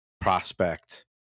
prospect